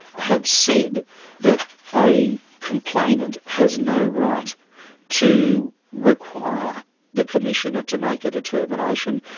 have said that a complainant has no right to require the commissioner to make a determination,